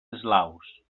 eslaus